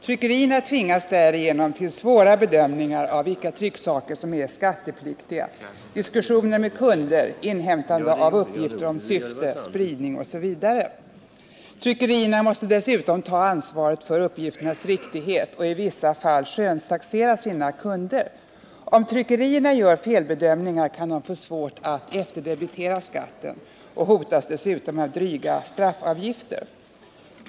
Tryckerierna tvingas därigenom till svåra bedömningar av vilka trycksaker som är skattepliktiga, diskussioner med kunderna, inhämtande av uppgifter om syfte, spridning osv. Tryckeriet måste dessutom ta ansvar för uppgifternas riktighet och i vissa fall skönstaxera sina kunder. Om tryckerierna gör felbedömningar kan de få svårt att efterdebitera skatten och hotas dessutom av dryga straffavgifter.